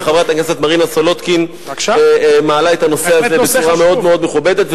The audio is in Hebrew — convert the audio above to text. וחברת הכנסת מרינה סולודקין מעלה את הנושא הזה בצורה מאוד מאוד מכובדת.